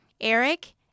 Eric